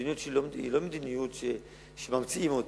המדיניות שלי היא לא מדיניות שממציאים אותה,